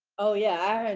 oh, yeah.